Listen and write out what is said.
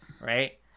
Right